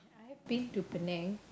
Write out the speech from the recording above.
I've been to Penang